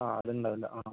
ആ അതുണ്ടാവില്ല ആ